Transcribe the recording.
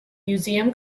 museum